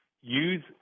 use